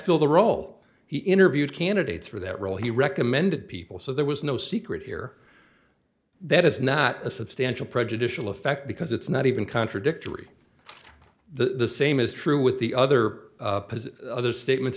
fill the role he interviewed candidates for that role he recommended people so there was no secret here that is not a substantial prejudicial effect because it's not even contradictory the same is true with the other other statements